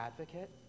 advocate